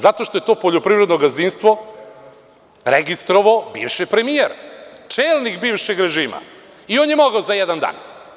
Zato što je to poljoprivredno gazdinstvo registrovao bivši premijer, čelnik bivšeg režima i on je mogao za jedan dan.